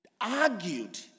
argued